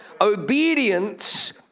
Obedience